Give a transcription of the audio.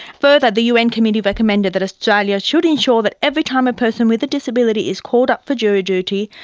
further, the un committee recommended that australia should ensure that every time a person with a disability is called up for jury duty,